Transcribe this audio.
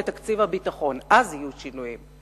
אז יהיו שינויים.